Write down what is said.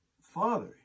Father